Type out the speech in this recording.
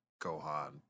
Gohan